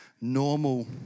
normal